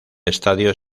estadio